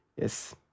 yes